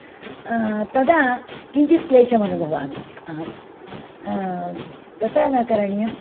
तदा किञ्चित् क्लेशम् अनुभवामि अहं तथा न करणीयम्